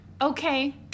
Okay